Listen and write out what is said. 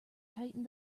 tightened